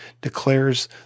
declares